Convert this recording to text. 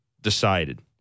decided